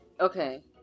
Okay